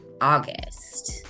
August